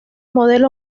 modelo